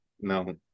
no